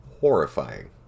horrifying